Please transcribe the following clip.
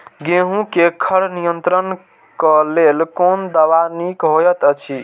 गेहूँ क खर नियंत्रण क लेल कोन दवा निक होयत अछि?